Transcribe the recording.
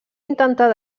intentar